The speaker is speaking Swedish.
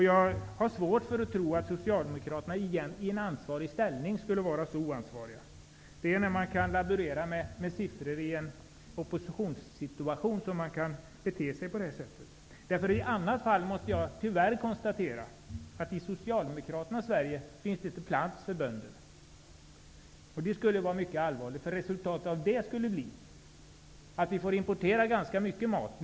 Jag har svårt att tro att Socialdemokraterna skulle vara så oansvariga i ansvarig ställning. När man kan laborera med siffror i en oppositionssituation kan man bete sig på det här sättet. I annat fall måste jag tyvärr konstatera att i Socialdemokraternas Sverige finns det inte plats för bönder. Det skulle vara mycket allvarligt. Resultatet av det skulle bli att vi får importera mer och mer mat.